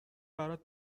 برات